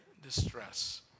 distress